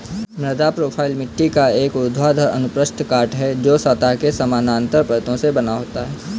मृदा प्रोफ़ाइल मिट्टी का एक ऊर्ध्वाधर अनुप्रस्थ काट है, जो सतह के समानांतर परतों से बना होता है